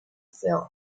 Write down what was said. field